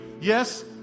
Yes